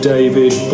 David